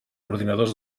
ordinadors